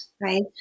right